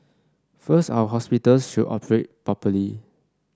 first our hospitals should operate properly